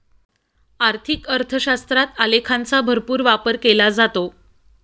आर्थिक अर्थशास्त्रात आलेखांचा भरपूर वापर केला जातो